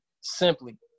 simply